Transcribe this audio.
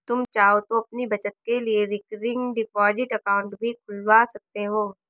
तुम चाहो तो अपनी बचत के लिए रिकरिंग डिपॉजिट अकाउंट भी खुलवा सकते हो